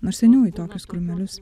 nors seniau į tokius krūmelius